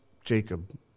Jacob